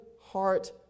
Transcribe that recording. heart